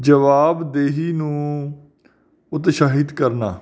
ਜਵਾਬ ਦੇਹੀ ਨੂੰ ਉਤਸ਼ਾਹਿਤ ਕਰਨਾ